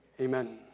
Amen